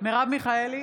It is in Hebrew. מרב מיכאלי,